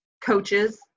coaches